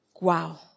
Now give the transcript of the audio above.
Wow